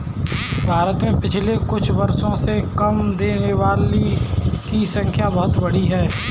भारत में पिछले कुछ वर्षों में कर देने वालों की संख्या बहुत बढ़ी है